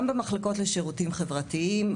גם במחלקות לשירותים חברתיים,